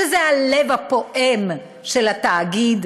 שזה הלב הפועם של התאגיד,